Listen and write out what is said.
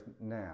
now